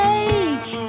age